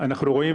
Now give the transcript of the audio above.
אנחנו רואים,